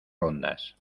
rondas